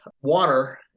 water